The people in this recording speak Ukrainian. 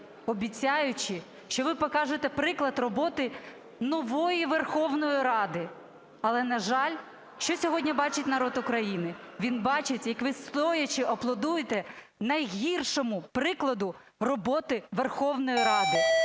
обіцяючи, що ви покажете приклад роботи нової Верховної Ради. Але, на жаль, що сьогодні бачить народ України? Він бачить, як ви, стоячи, аплодуєте найгіршому прикладу роботи Верховної Ради.